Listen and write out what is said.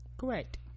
Correct